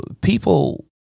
people